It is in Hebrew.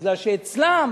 בגלל שאצלם